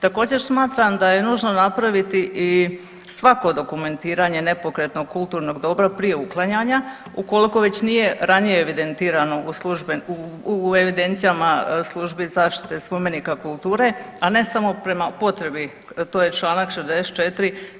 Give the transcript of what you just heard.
Također smatram da je nužno napraviti i svako dokumentiranje nepokretnog kulturnog dobra prije uklanjanja ukoliko već nije ranije evidentirano u evidencijama službi zaštite spomenika kulture, a ne samo prema potrebi to je članak 64.